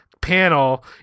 panel